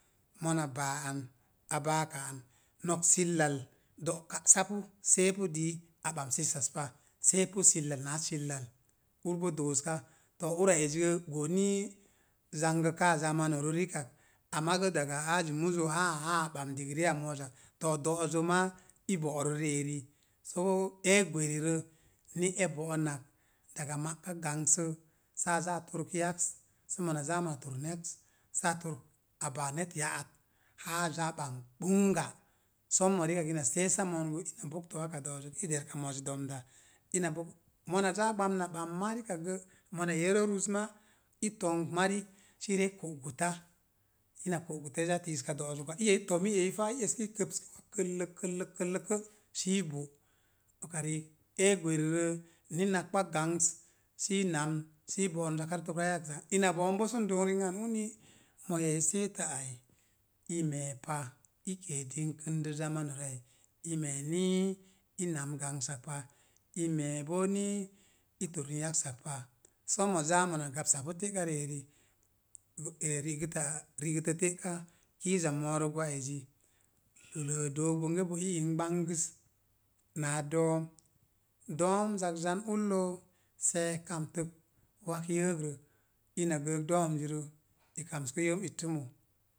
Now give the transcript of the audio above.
Mona baa an, a baak an, nok sillal dō ka'sapu seepu sillal naa sillal, ur boo dooska. To, ura azigə goo ni zangəkaa zamanurə rikak, a magə daga aji muzo haa haa a ɓams digirii a mo̱o̱zak, to, do̱'o̱zə maa i bo̱'rə ri'eri. Soo ee oweri rə ni e bo̱ onak, daga ma'ala gangsə saa zaa a fork yaks, sə mona zaa mona for yaks, saa fork, a baa net ya'at haa a zaa a ɓams gbunga. Sommo rikak ina seesa mo̱o̱n ina boktə waka do̱'o'zzək i derka mo̱o̱zi domda. ina bok-mona zaa gbam na ɓam maa rikak gə, mona yere ruz maa i tomkp mari si reei ko'guta, ina ko'guta i za tiiske do̱'o̱zə gwa. iya i tomi eyi faa i eski i kəpsiki wak kəllə kəllə kə’ sii bo'. Noka riik ee gwerirə, ni napkpa sanga, sii namn sii be'em zakarə torka yaksak ina bo̱'o̱n boo sən doon ri'ənan uni, moo iya i seetə ai i me̱e̱ pa, i kee ding kə də zamanu ai, i me̱e̱ nii i namn gang sak pa, i me̱e̱ boo nii i torən yaksak pa. So mona zaa mona gapsapu te'ka ri eri ee ri'sətaa risəttə te'ka, kiiza mo̱o̱rə gwa ezi iəə dook bonge bo ii in gbangəs naa do̱o̱m. Do̱o̱m zak zan ullo, se̱e̱k kamtək wak yəəgrə, ina gəək do̱o̱mzirə, i kamsuku yəəm ittəmo.